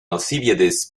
alcibiades